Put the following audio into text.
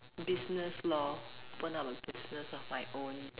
business lor open up a business of my own